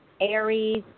Aries